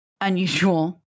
unusual